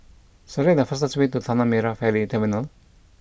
select the fastest way to Tanah Merah Ferry Terminal